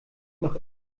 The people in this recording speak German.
noch